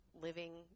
living